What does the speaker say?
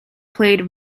played